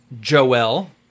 Joel